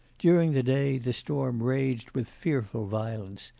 during the day the storm raged with fearful violence,